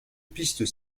pistes